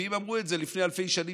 אבל הנביאים אמרו את זה לפני אלפי שנים,